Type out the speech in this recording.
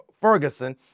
Ferguson